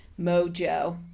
mojo